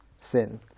sin